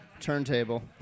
turntable